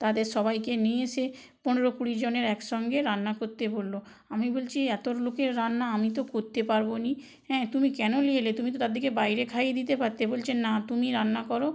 তাদের সবাইকে নিয়ে সে পনেরো কুড়িজনের একসঙ্গে রান্না করতে বললো আমি বলছি এতো লোকের রান্না আমি তো করতে পারবো নি হ্যাঁ তুমি কেন নিয়ে এলে তুমি তো তাদেরকে বাইরে খাইয়ে দিতে পারতে বলছে না তুমি রান্না করো